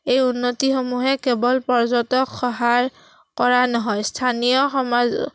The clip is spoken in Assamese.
এই উন্নতিসমূহে কেৱল পৰ্যটক সহায় কৰা নহয় স্থানীয় সমাজ